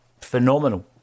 Phenomenal